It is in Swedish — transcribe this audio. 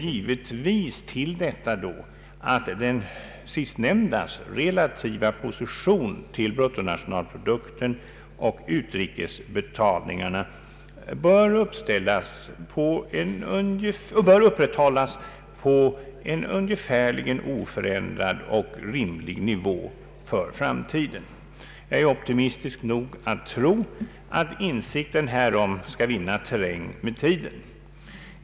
Givetvis vill vi att den nämnda kassans relativa position till bruttonationalprodukten och utrikesbetalningarna bör upprätthållas på en ungefärligen oförändrad och rimlig nivå för framtiden. Jag är optimistisk nog att tro att insikten härom skall vinna terräng med tiden.